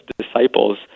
disciples